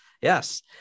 Yes